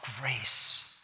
grace